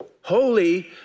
holy